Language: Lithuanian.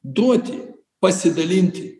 duoti pasidalinti